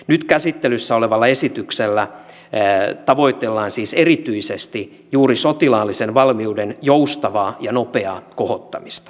nyt käsittelyssä olevalla esityksellä tavoitellaan siis erityisesti juuri sotilaallisen valmiuden joustavaa ja nopeaa kohottamista